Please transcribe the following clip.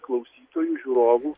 klausytojų žiūrovų